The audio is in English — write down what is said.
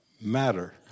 Matter